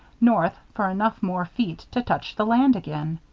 north for enough more feet to touch the land again.